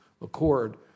accord